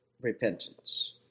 repentance